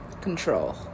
Control